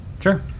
Sure